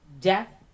death